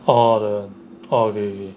orh the orh they